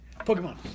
Pokemon